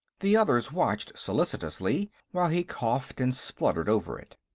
the others watched solicitously while he coughed and spluttered over it.